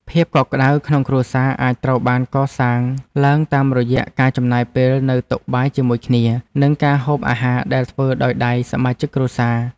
ភាពកក់ក្តៅក្នុងគ្រួសារអាចត្រូវបានកសាងឡើងតាមរយៈការចំណាយពេលនៅតុបាយជាមួយគ្នា និងការហូបអាហារដែលធ្វើដោយដៃសមាជិកគ្រួសារ។